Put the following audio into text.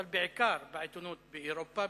אבל בעיקר בעיתונות באירופה,